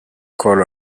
call